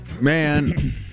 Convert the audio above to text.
man